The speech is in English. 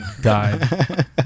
died